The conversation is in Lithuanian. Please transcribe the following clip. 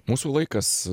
mūsų laikas